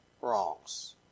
wrongs